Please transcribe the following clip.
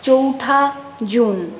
চৌঠা জুন